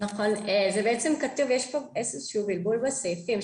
יש פה איזשהו בלבול בסעיפים,